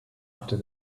after